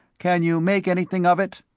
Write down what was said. can you make anything of it?